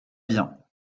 bien